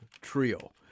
Trio